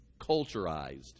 culturized